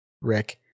Rick